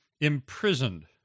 imprisoned